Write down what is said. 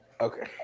Okay